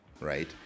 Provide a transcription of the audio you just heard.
right